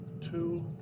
two